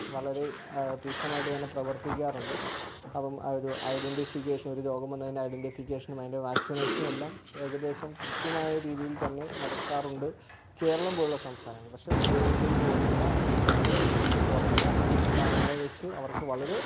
വളരെ തീക്ഷ്ണമായിട്ട് തന്നെ പ്രവർത്തിക്കാറുണ്ട് അപ്പോള് ഒരു ഐഡൻറ്റിഫിക്കേഷൻ ഒരു രോഗം വന്നെയിഞ്ഞ ഐഡൻറ്റിഫിക്കേഷൻ അതിൻ്റെ വാക്സിനേഷനും എല്ലാം ഏകദേശം കൃത്യമായ രീതിയിൽതന്നെ നടക്കാറുണ്ട് കേരളം പോലുള്ള സംസ്ഥാനങ്ങളിൽ പക്ഷെ ഉത്തരേന്ത്യൻ പോലുള്ള അല്ലെങ്കിൽ അവരുടെ ഇത് കുറഞ്ഞ സംസ്ഥാനങ്ങളെ വച്ച് അവർക്ക് വളരെ